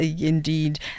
indeed